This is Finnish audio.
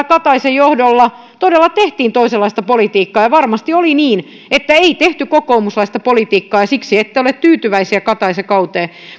kataisen johdolla todella tehtiin toisenlaista politiikkaa ja varmasti oli niin että ei tehty kokoomuslaista politiikkaa ja siksi ette ole tyytyväisiä kataisen kauteen